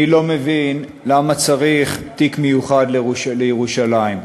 אני לא מבין למה צריך תיק מיוחד לירושלים,